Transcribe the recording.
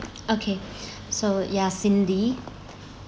okay so ya cindy